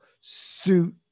suit